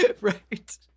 Right